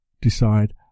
decide